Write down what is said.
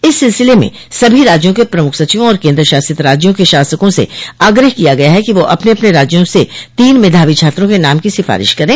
इस सिलसिले में सभी राज्यों के मुख्य सचिवों और केन्द्र शासित राज्यों के शासकों से आग्रह किया गया है कि वह अपने अपने राज्यों से तीन मेधावी छात्रों के नाम की सिफ़ारिश करें